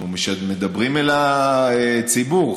אנחנו מדברים אל הציבור,